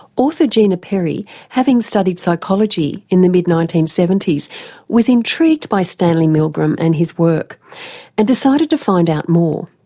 author gina perry having studied psychology in the mid nineteen seventy s was intrigued by stanley milgram and his work and decided to find out more.